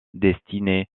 destinés